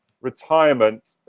retirement